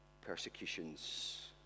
persecutions